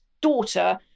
daughter